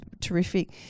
terrific